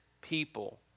people